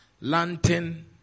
lantern